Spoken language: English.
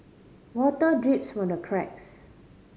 water drips from the cracks